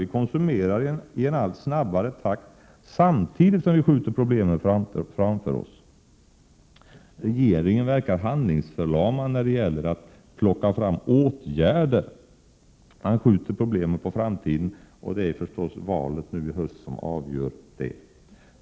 Vi konsumerar i en allt snabbare takt samtidigt som vi skjuter problemen framför oss. Regeringen verkar handlingsförlamad när det gäller att plocka fram åtgärder. Man skjuter problemen på framtiden, och det är förstås valet i höst som avgör det.